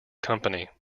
company